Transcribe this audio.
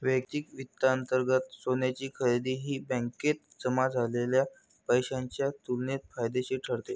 वैयक्तिक वित्तांतर्गत सोन्याची खरेदी ही बँकेत जमा झालेल्या पैशाच्या तुलनेत फायदेशीर ठरते